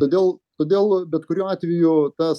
todėl todėl bet kuriuo atveju tas